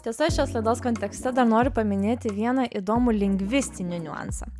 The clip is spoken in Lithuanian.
tiesa šios laidos kontekste dar noriu paminėti vieną įdomų lingvistinį niuansą